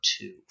two